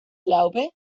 glaube